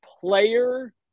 player –